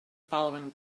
following